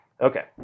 Okay